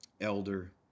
elder